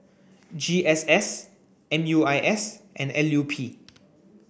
G S S M U I S and L U P